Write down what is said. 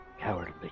Cowardly